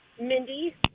Mindy